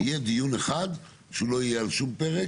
יהיה דיון אחד שהוא לא יהיה על שום פרק,